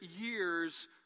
years